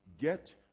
Get